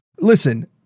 listen